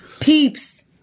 peeps